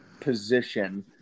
position